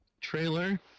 trailer